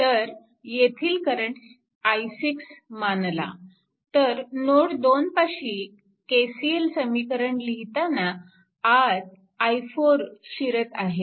तर येथील current i6 मानला तर नोड 2 पाशी KCL समीकरण लिहिताना आत i4 शिरत आहे